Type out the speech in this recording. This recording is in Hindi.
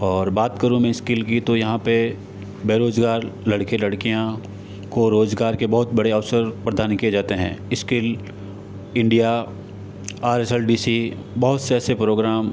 और बात करूँ मे स्किल की तो यहाँ पे बेरोजगार लड़के लड़कियाँ को रोजगार के बहुत बड़े अवसर प्रदान किए जाते है skill India R S L D C बहुत से ऐसे प्रोग्राम